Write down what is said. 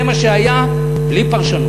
זה מה שהיה, בלי פרשנות.